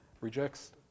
rejects